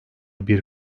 bir